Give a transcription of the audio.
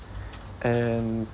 um